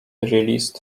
released